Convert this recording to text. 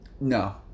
No